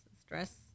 Stress